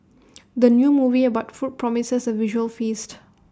the new movie about food promises A visual feast